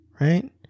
right